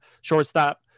shortstop